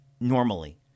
normally